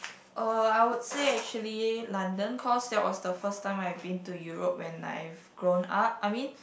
uh I would say actually London cause that was the first time I've been to Europe when I've grown up I mean